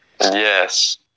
Yes